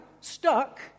stuck